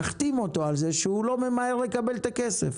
תחתים אותו על זה שהוא לא ממהר לקבל את הכסף,